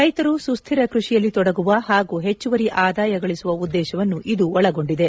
ರೈತರು ಸುಸ್ದಿರ ಕೃಷಿಯಲ್ಲಿ ತೊಡಗುವ ಹಾಗೂ ಹೆಚ್ಚುವರಿ ಆದಾಯ ಗಳಿಸುವ ಉದ್ದೇಶವನ್ನು ಇದು ಒಳಗೊಂಡಿದೆ